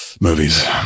movies